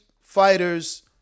fighters